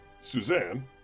Suzanne